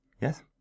Yes